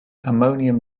ammonium